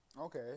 Okay